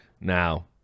Now